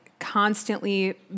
constantly